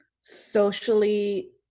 socially